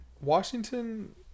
washington